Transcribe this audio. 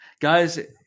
guys